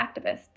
activists